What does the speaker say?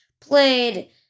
played